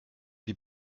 die